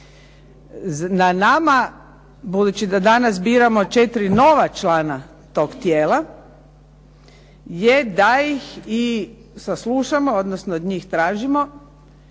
Na nama, budući da danas biramo 4 nova člana toga tijela, je da ih i saslušamo, odnosno od njih tražimo